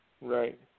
Right